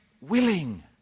willing